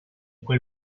quel